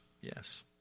Yes